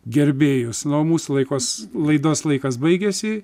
gerbėjus na o mūsų laikos laidos laikas baigėsi